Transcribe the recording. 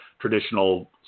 traditional